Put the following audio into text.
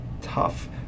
tough